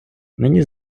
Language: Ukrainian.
мені